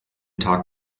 tag